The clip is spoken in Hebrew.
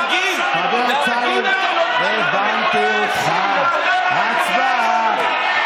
כי מסביב לאביתר יש מאות ואלפי מבנים בלתי חוקיים,